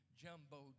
jumbo